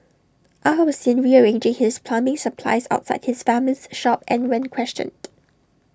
aw was seen rearranging his plumbing supplies outside his family's shop and when questioned